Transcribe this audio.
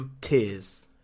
tears